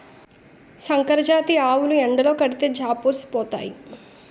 సంకరజాతి ఆవులు ఎండలో కడితే జాపోసిపోతాయి